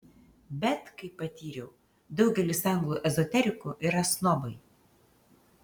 bet kaip patyriau daugelis anglų ezoterikų yra snobai